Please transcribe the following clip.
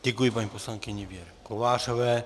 Děkuji paní poslankyni Věře Kovářové.